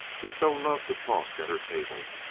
he so loved to talk at her table.